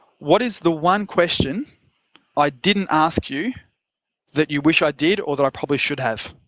what is the one question i didn't ask you that you wish i did or that i probably should have?